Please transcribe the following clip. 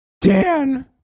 Dan